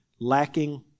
lacking